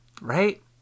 right